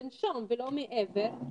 לנשום ולא מעבר.